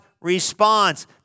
response